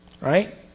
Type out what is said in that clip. right